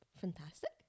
Fantastic